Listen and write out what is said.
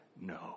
No